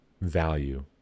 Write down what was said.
value